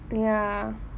ya